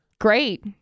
great